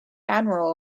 admiral